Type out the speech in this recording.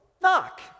Knock